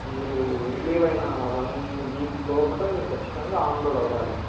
మీరు రిలీవ్ అయిన వన్ వీక్లోపల మీరు ఖచ్చితంగా ఆన్బోర్డ్ అవ్వాలి